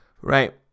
right